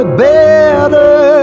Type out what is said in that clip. better